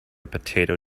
potato